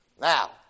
Now